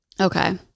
Okay